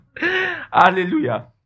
Hallelujah